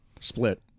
Split